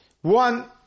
One